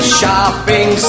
shopping